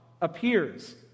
appears